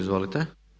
Izvolite.